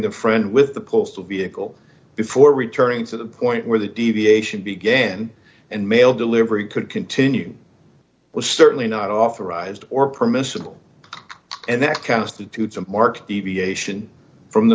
the friend with the postal vehicle before returning to the point where the deviation began and mail delivery could continue was certainly not authorized or permissible and that constitutes a marked deviation from the